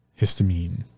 histamine